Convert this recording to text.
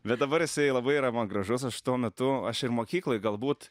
bet dabar jisai labai yra man gražus aš tuo metu aš ir mokykloj galbūt